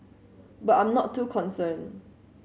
but I am not too concerned